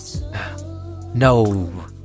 No